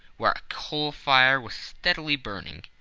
where a coal fire was steadily burning.